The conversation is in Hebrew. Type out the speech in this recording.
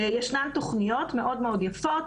ישנן תוכניות מאוד יפות,